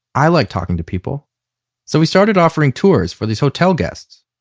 i like talking to people so he started offering tours for these hotel guests.